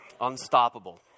Unstoppable